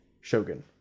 Shogun